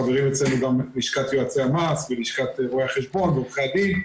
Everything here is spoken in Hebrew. חברים אצלנו גם לשכת יועצי המס ולשכת רואי החשבון ועורכי הדין,